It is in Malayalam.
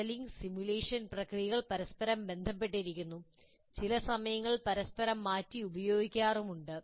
മോഡലിംഗ് സിമുലേഷൻ പ്രക്രിയകൾ പരസ്പരം ബന്ധപ്പെട്ടിരിക്കുന്നു ചില സമയങ്ങളിൽ പരസ്പരം മാറ്റി ഉപയോഗിക്കാറുണ്ട്